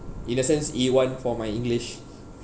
in a sense A one for my english